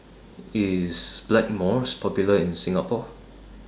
IS Blackmores Popular in Singapore